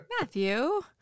Matthew